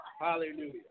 Hallelujah